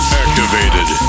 activated